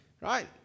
right